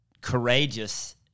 courageous